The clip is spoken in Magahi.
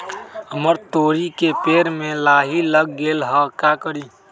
हमरा तोरी के पेड़ में लाही लग गेल है का करी?